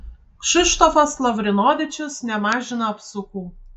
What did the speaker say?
kšištofas lavrinovičius nemažina apsukų